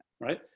right